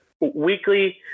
weekly